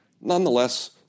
nonetheless